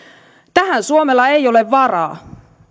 tähän suomella ei ole varaa